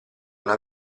una